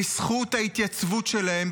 בזכות ההתייצבות שלהם,